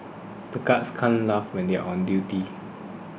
the guards can't laugh when they are on duty